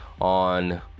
on